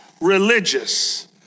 religious